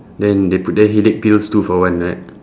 then they put there headache pills two for one right